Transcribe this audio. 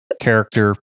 character